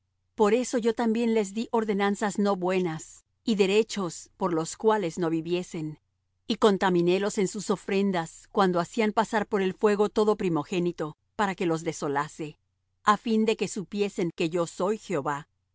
por eso yo también les dí ordenanzas no buenas y derechos por los cuales no viviesen y contaminélos en sus ofrendas cuando hacían pasar por el fuego todo primogénito para que los desolase á fin de que supiesen que yo soy jehová por